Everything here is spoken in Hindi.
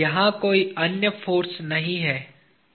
यहाँ कोई अन्य फोर्सेज नहीं हैं